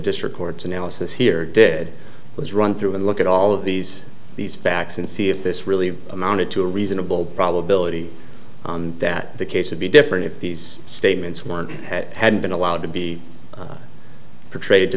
district court's analysis here did was run through and look at all of these these facts and see if this really amounted to a reasonable probability that the case would be different if these statements one had been allowed to be portrayed to t